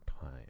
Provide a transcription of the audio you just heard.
time